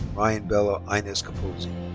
ryan bello ines capozzi.